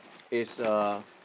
is uh